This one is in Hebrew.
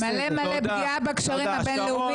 מלא, מלא פגיעה בקשרים הבן-לאומיים.